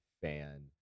fan